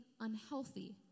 unhealthy